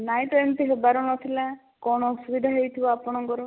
ନାଇଁ ତ ଏମିତି ହେବାର ନଥିଲା କଣ ଅସୁବିଧା ହେଇଥିବ ଆପଣଙ୍କର